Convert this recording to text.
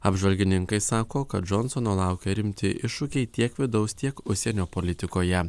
apžvalgininkai sako kad džonsono laukia rimti iššūkiai tiek vidaus tiek užsienio politikoje